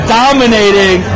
dominating